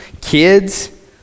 kids